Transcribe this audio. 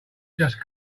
just